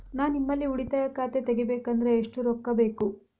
ನಾ ನಿಮ್ಮಲ್ಲಿ ಉಳಿತಾಯ ಖಾತೆ ತೆಗಿಬೇಕಂದ್ರ ಎಷ್ಟು ರೊಕ್ಕ ಬೇಕು?